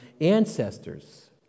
ancestors